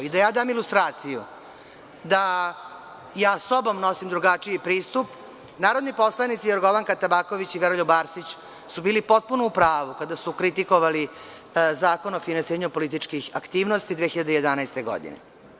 Da dam ilustraciju, da ja sobom nosim drugačiji pristup, narodni poslanici Jorgovanka Tabaković i Veroljub Arsić su bili potpuno u pravu kada su kritikovali Zakon o finansiranju političkih aktivnosti 2011. godine.